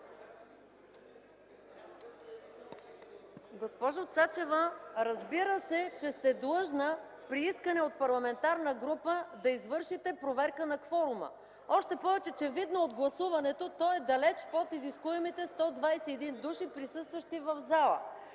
Госпожо Цачева, разбира се, че сте длъжна при искане от парламентарна група да извършите проверка на кворума. Още повече, че, видно от гласуването, той е далеч под изискуемите 121 души присъстващи в залата.